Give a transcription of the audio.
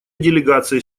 делегация